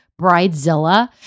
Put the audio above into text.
bridezilla